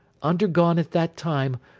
undergone at that time,